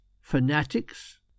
fanatics